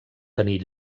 tenir